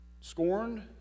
scorned